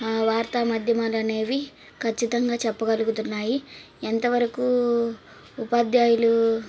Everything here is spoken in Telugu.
వార్త మాధ్యమాలు అనేవి ఖచ్చితంగా చెప్పగలుగుతున్నాయి ఎంతవరకు ఉపాధ్యాయులు